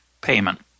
payment